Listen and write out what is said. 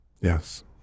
Yes